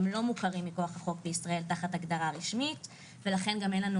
הם לא מוכרים מכוח החוק בישראל תחת הגדרה רשמית ולכן גם אין לנו